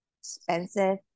expensive